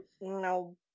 No